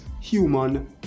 human